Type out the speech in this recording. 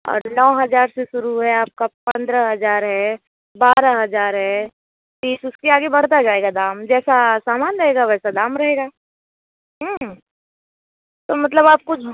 और नौ हजार से शुरू है आपका पन्द्रह हजार है बारह हजार है बीस उसके आगे बढ़ता जाएगा दाम जैसा सामान रहेगा वैसा दाम रहेगा तो मतलब आप